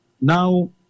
now